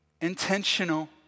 intentional